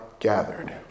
gathered